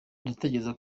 ndatekereza